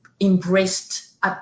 embraced